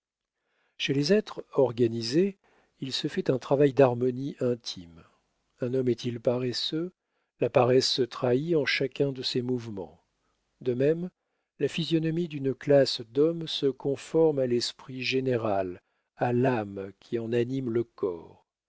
chez les êtres organisés il se fait un travail d'harmonie intime un homme est-il paresseux la paresse se trahit en chacun de ses mouvements de même la physionomie d'une classe d'hommes se conforme à l'esprit général à l'âme qui en anime le corps